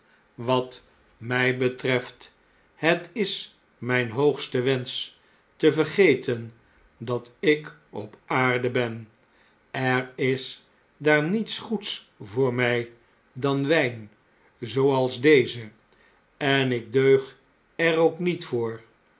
wat mij betreft het is mijn hoogste wensch te vergeten dat ik op aarde ben er is daar niets goeds voor mij dan wijn zooals deze en ik deug er ook niet voor